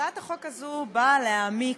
הצעת החוק הזו באה להעמיק,